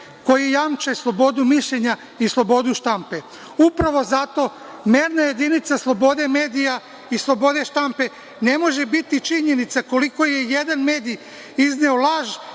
koji jemče slobodu mišljenja i slobodu štampe. Upravo zato, merna jedinica slobode medija i slobode štampe ne može biti činjenica koliko je jedan medij izneo laži